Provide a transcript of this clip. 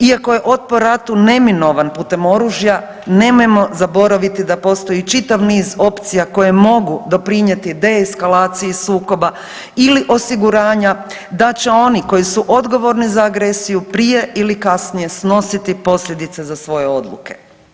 Iako je otpor ratu neminovan putem oružja nemojmo zaboraviti da postoji čitav niz opcija koje mogu doprinijeti deeskalaciji sukoba ili osiguranja da će oni koji su odgovorni za agresiju prije ili kasnije snositi posljedice za svoje odluke.